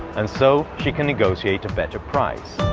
and so she can negotiate a better price.